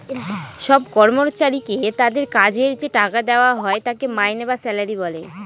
সব কর্মচারীকে তাদের কাজের যে টাকা দেওয়া হয় তাকে মাইনে বা স্যালারি বলে